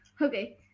Okay